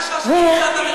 תני לה.